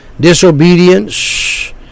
disobedience